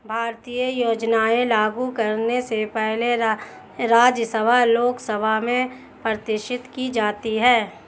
भारतीय योजनाएं लागू करने से पहले राज्यसभा लोकसभा में प्रदर्शित की जाती है